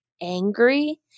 angry